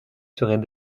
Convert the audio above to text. serait